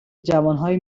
جوانهایی